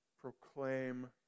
proclaim